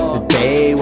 Today